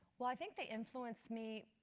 well, i think they influenced me,